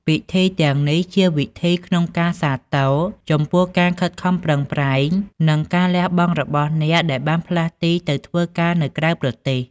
ពិធីទាំងនេះជាវិធីក្នុងការសាទរ ចំពោះការខិតខំប្រែង និងការលះបង់របស់អ្នកដែលបានផ្លាស់ទីទៅធ្វើការក្រៅប្រទេស។